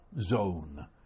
zone